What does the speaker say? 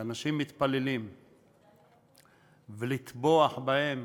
כשאנשים מתפללים ולטבוח בהם